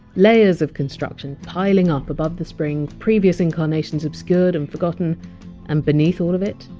layers of construction piling up above the spring, previous incarnations obscured and forgotten and beneath all of it,